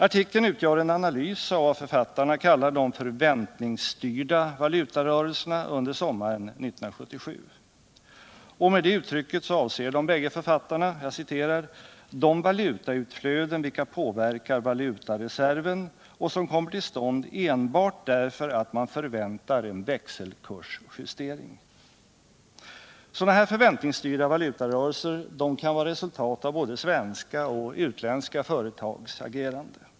Artikeln utgör en analys av vad författarna kallar de förväntningsstyrda valutarörelserna under sommaren 1977. Med det uttrycket avser de bägge författarna ”de valutautflöden vilka påverkar valutareserven och som kommer till stånd enbart därför att man förväntar en växelkursjustering”. Sådana förväntningsstyrda valutarörelser kan vara resultat av både svenska och utländska företags agerande.